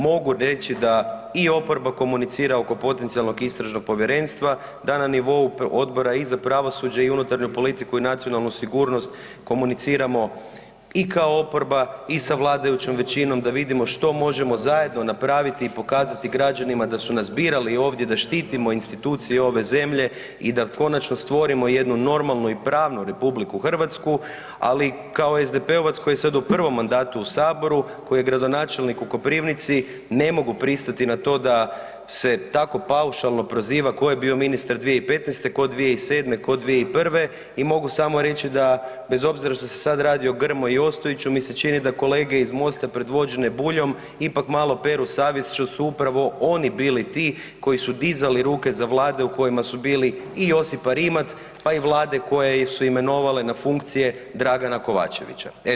Mogu reći da i oporba komunicira oko potencijalnog istražnog povjerenstva da na nivou odbora i za pravosuđe i unutarnju politiku i nacionalnu sigurnost komuniciramo i kao oporba i sa vladajućom većinom da vidimo što možemo zajedno napraviti i pokazati građanima da su nas birali ovdje da štitimo institucije ove zemlje i da konačno stvorimo jednu normalnu i pravnu RH, ali kao SDP-ovac koji je sad u prvom mandatu u saboru, koji je gradonačelnik u Koprivnici, ne mogu pristati na to da se tako paušalno proziva tko je bio ministar 2015., tko 2007., tko 2001. i mogu samo reći da, bez obzira što se sad radi o Grmoji i Ostojiću mi se čini da kolege iz MOST-a predvođene Buljem ipak malo peru savjest što su upravo oni bili ti koji su dizali ruke za vlade u kojima su bili i Josipa Rimac, pa i vlade koje su imenovale na funkcije Dragana Kovačevića.